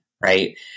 right